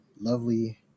lovely